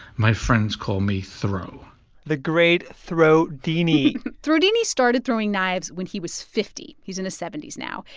my friends call me throw the great throwdini throwdini started throwing knives when he was fifty. he's in his seventy s now.